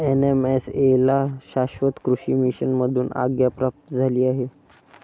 NMSA ला शाश्वत कृषी मिशन मधून आज्ञा प्राप्त झाली आहे